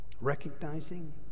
recognizing